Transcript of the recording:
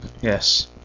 Yes